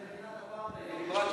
ומדינת אפרטהייד.